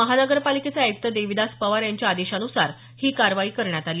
महानगरपालिकेचे आयुक्त देविदास पवार यांच्या आदेशान्सार ही कारवाई करण्यात आली